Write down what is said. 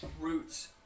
roots